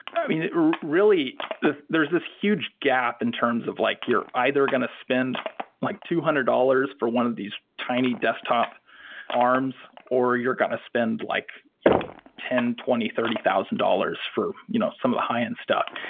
i mean, really there is this huge gap in terms of like you're either going to spend like two hundred dollars for one of these tiny desktop arms or you're going to spend like you know ten, twenty, thirty thousand dollars for you know some of the high-end stuff,